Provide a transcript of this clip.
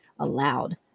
allowed